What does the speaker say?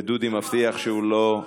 ודודי מבטיח שהוא לא,